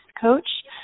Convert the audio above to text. coach